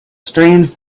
strange